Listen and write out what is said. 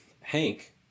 Hank